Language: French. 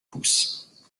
pouces